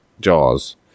jaws